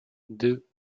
deux